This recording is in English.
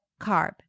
carb